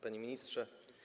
Panie Ministrze!